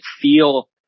feel